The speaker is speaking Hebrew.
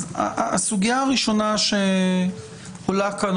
הסוגיה הראשונה שעולה כאן,